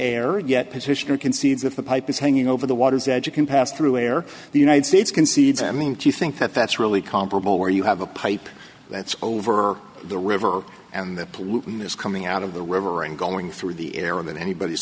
and yet petitioner concedes if the pipe is hanging over the water's edge it can pass through air the united states concedes i mean do you think that that's really comparable where you have a pipe that's over the river and the pollution is coming out of the river and going through the air or that anybody